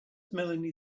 melanie